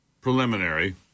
preliminary